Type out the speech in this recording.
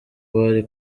bari